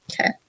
Okay